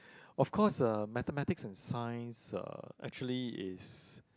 of course uh Mathematics and Science uh actually is